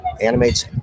animates